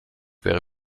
wäre